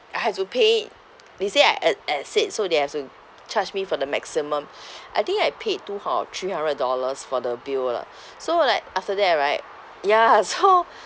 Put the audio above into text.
I had to pay they say I ex~ exceed so they have to charge me for the maximum I think I paid two out of three hundred dollars for the bill lah so like after that right ya so